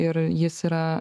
ir jis yra